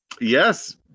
Yes